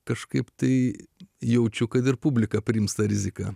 kažkaip tai jaučiu kad ir publika priims tą riziką